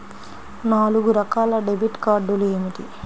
నాలుగు రకాల డెబిట్ కార్డులు ఏమిటి?